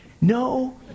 No